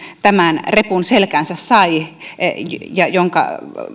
tämän repun selkäänsä sai jonka